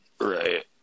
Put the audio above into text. right